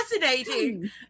fascinating